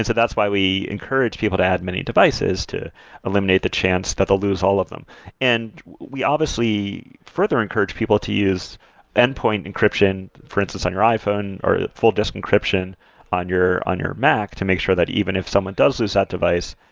that's why we encourage people to add many devices to eliminate the chance that they'll lose all of them and we obviously further encourage people to use endpoint encryption for instance on your iphone or disk encryption on your on your mac, to make sure that even if someone does lose that device,